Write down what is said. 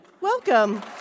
Welcome